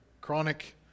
chronic